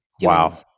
Wow